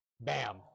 Bam